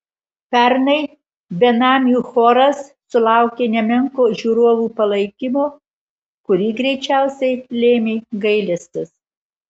pernai benamių choras sulaukė nemenko žiūrovų palaikymo kurį greičiausiai lėmė gailestis